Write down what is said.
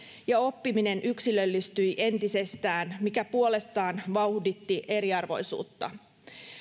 ja oppiminen yksilöllistyi entisestään mikä puolestaan vauhditti eriarvoisuutta